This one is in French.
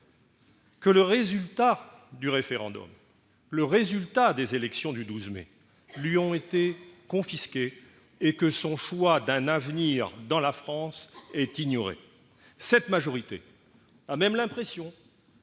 que les résultats du référendum et des élections du 12 mai lui ont été confisqués et que son choix d'un avenir dans la France est ignoré. Cette majorité a même l'impression